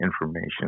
information